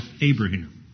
Abraham